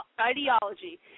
ideology